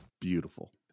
beautiful